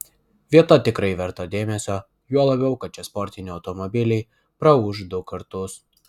vieta tikrai verta dėmesio juo labiau kad čia sportiniai automobiliai praūš du kartus